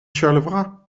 charleroi